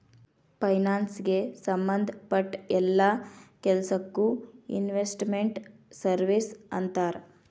ಫೈನಾನ್ಸಿಗೆ ಸಂಭದ್ ಪಟ್ಟ್ ಯೆಲ್ಲಾ ಕೆಲ್ಸಕ್ಕೊ ಇನ್ವೆಸ್ಟ್ ಮೆಂಟ್ ಸರ್ವೇಸ್ ಅಂತಾರ